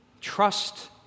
Trust